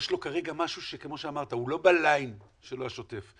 יש לו משהו, כמו שאמרת, הוא לא בליין שלו השוטף.